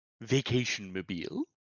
vacation-mobile